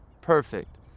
perfect